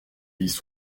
lys